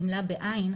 גמלה בעין,